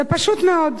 זה פשוט מאוד.